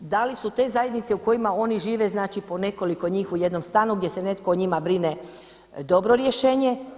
Da li su te zajednice u kojima oni žive znači po nekoliko njih u jednom stanu gdje se netko o njima brine dobro rješenje.